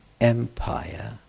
Empire